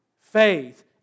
faith